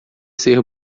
ser